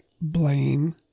blame